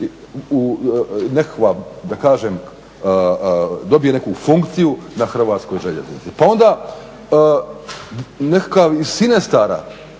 nekakva da kažem dobije neku funkciju na Hrvatskoj željeznici. Pa onda nekakav iz Cinestara